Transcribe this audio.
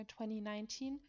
2019